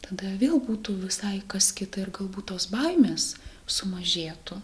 tada vėl būtų visai kas kita ir galbūt tos baimės sumažėtų